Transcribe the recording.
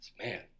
man